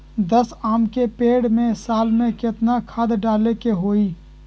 दस आम के पेड़ में साल में केतना खाद्य डाले के होई?